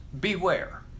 beware